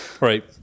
Right